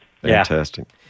Fantastic